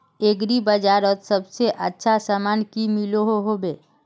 Agri बजारोत सबसे अच्छा सामान की मिलोहो होबे?